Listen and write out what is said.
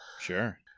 Sure